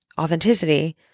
Authenticity